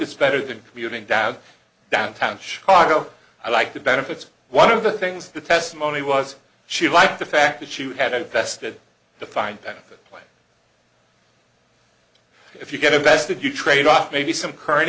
it's better than commuting down downtown chicago i like the benefits one of the things the testimony was she liked the fact that she had a vested defined benefit if you get invested you trade off maybe some current